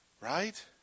Right